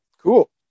cool